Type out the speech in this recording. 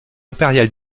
impérial